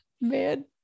man